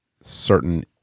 certain